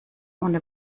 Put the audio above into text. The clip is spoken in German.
ohne